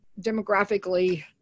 demographically